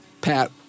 Pat